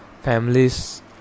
families